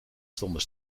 stonden